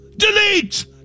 DELETE